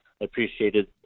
appreciated